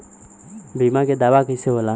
बीमा के दावा कईसे होला?